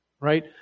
right